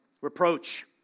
Reproach